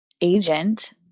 agent